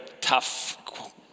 tough